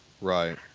Right